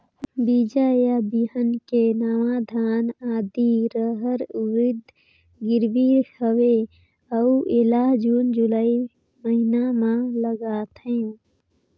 बीजा या बिहान के नवा धान, आदी, रहर, उरीद गिरवी हवे अउ एला जून जुलाई महीना म लगाथेव?